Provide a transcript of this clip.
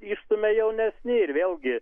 išstumia jaunesni ir vėlgi